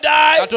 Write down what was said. die